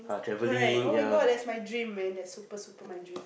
correct oh-my-God that's my dream man that's super super my dream